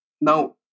Now